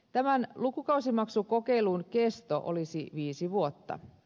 tämän lukukausimaksukokeilun kesto olisi viisi vuotta